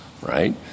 right